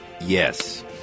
yes